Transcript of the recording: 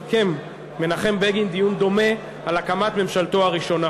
סיכם מנחם בגין דיון דומה על הקמת ממשלתו הראשונה.